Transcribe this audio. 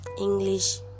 English